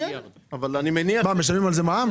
מה, משלמים על זה מע"מ?